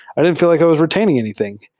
i didn't feel like i was reta ining anything.